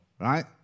Right